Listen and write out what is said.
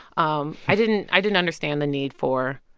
um i didn't i didn't understand the need for,